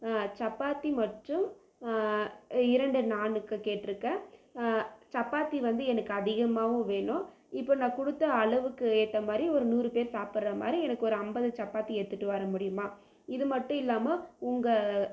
சப்பாத்தி மற்றும் இரண்டு நாண்னுக்கு கேட்யிருக்கேன் சப்பாத்தி வந்து எனக்கு அதிகமாகவும் வேணும் இப்போ நான் கொடுத்த அளவுக்கு ஏற்ற மாதிரி ஒரு நூறு பேர் சாப்படற மாதிரி எனக்கு ஒரு ஐம்பது சப்பாத்தி எடுத்துகிட்டு வர முடியுமா இது மட்டும் இல்லாமல் உங்கள்